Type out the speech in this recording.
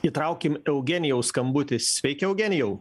įtraukim eugenijaus skambutį sveiki eugenijau